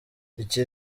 iki